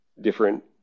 different